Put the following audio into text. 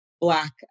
Black